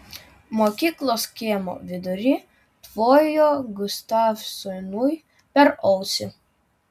mokyklos kiemo vidury tvojo gustavsonui per ausį